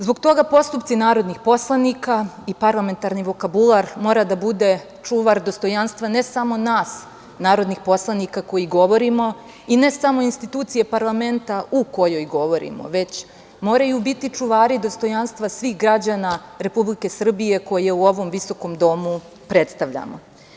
Zbog toga postupci narodnih poslanika i parlamentarni vokabular mora da bude čuvar dostojanstva ne samo nas narodnih poslanika koji govori i ne samo institucije parlamenta u kojoj govorimo, već moraju biti čuvari dostojanstva svih građana Republike Srbije koje u ovom visokom domu predstavljamo.